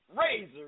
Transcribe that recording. Razor